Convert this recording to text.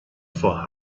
vor